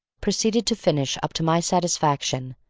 proceeded to finish up to my satisfaction,